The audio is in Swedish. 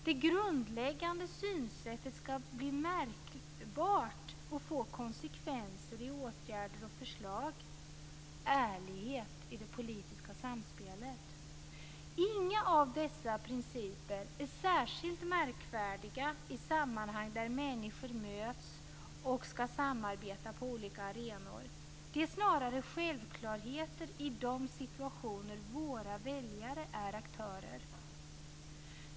· Det grundläggande synsättet skall vara märkbart och få konsekvenser i åtgärder och förslag. · Ärlighet i det politiska samspelet. Inga av dessa principer är särskilt märkvärdiga i sammanhang där människor möts och skall samarbeta på olika arenor. De är snarare självklarheter i de situationer där våra väljare är aktörer.